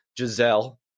Giselle